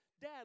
Dad